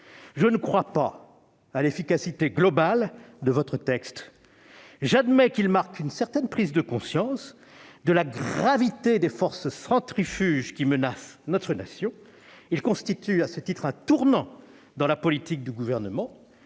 je ne crois pas à l'efficacité globale de votre texte. J'admets qu'il marque une certaine prise de conscience de la gravité des forces centrifuges qui menacent notre nation. Il constitue, à ce titre, un tournant dans la politique du Gouvernement.